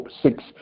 six